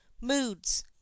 Moods